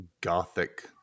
gothic